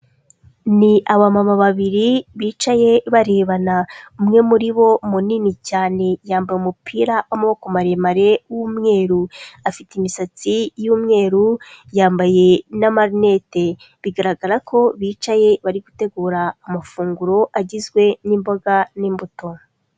Ni abamama babiri bicaye barebana, umwe muri bo munini cyane yambaye umupira w'amaboko maremare w'umweru, afite imisatsi y'umweru yambaye n'amarinete, bigaragara ko bicaye bari gutegura amafunguro agizwe n'imboga n'imbuto.